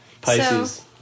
pisces